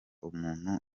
umuntu